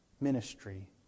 ministry